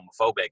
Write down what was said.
homophobic